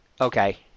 okay